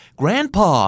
grandpa